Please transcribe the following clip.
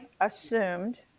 assumed